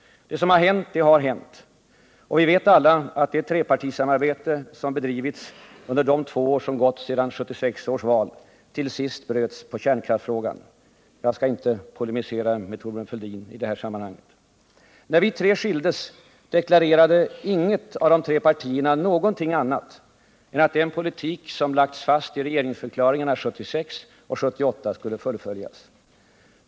Det som hänt har hänt. Vi vet alla att det trepartisamarbete som bedrivits under de två år som gått sedan 1976 års val till sist bröts på kärnkraftsfrågan. Jag skall inte polemisera med Thorbjörn Fälldin i detta sammanhang. När vi skildes deklarerade inget av de tre partierna någonting annat än att den politik som lagts fast i regeringsförklaringarna 1976 och 1978 skulle fullföljas.